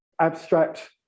abstract